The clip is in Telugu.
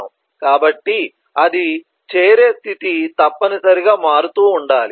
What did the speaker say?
కాబట్టి అది చేరే స్థితి తప్పనిసరిగా మారుతూ ఉండాలి